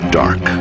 dark